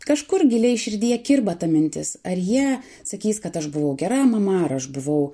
kažkur giliai širdyje kirba ta mintis ar jie sakys kad aš buvau gera mama ar aš buvau